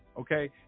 Okay